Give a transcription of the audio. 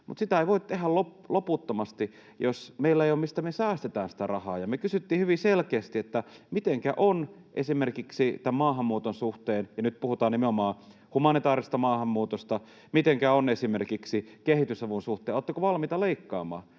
mutta sitä ei voi tehdä loputtomasti, jos meillä ei ole, mistä me säästetään sitä rahaa. Me kysyttiin hyvin selkeästi, että mitenkä on esimerkiksi maahanmuuton suhteen, ja nyt puhutaan nimenomaan humanitaarisesta maahanmuutosta, mitenkä on esimerkiksi kehitysavun suhteen, oletteko valmiita leikkaamaan,